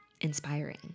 inspiring